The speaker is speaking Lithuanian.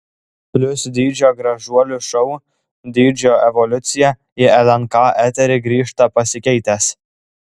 plius dydžio gražuolių šou dydžio evoliucija į lnk eterį grįžta pasikeitęs